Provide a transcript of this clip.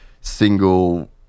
single